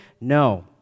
no